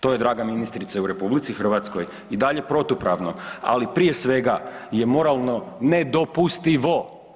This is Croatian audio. To je draga ministrice u RH i dalje protupravno, ali prije svega je moralno nedopustivo.